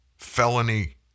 felony